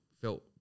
felt